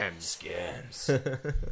Scams